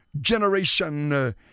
generation